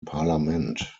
parlament